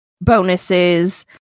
bonuses